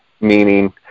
Meaning